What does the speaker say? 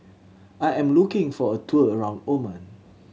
I am looking for a tour around Oman